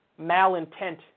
malintent